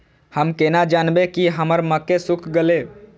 हम केना जानबे की हमर मक्के सुख गले?